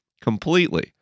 completely